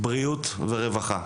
בריאות ורווחה.